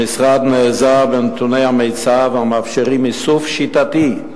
המשרד נעזר בנתוני המיצ"ב, המאפשרים איסוף שיטתי,